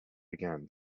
began